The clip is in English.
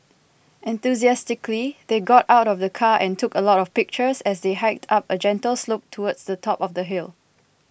enthusiastically they got out of the car and took a lot of pictures as they hiked up a gentle slope towards the top of the hill